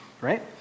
right